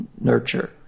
nurture